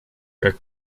как